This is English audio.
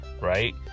Right